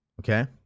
Okay